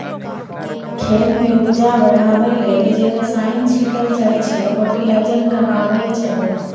खेत मे उपजा बढ़ाबै लेल जे रसायन छीटल जाइ छै फर्टिलाइजर कहाबै छै